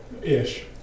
Ish